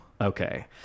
Okay